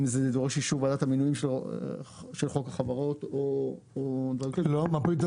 אם זה דורש את אישור ועדת המינויים של חוק החברות או דברים כאלה.